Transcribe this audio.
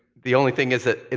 the only thing is that,